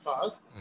fast